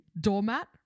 Doormat